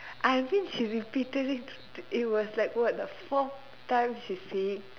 I mean she repeated it it was like what the fourth time she is saying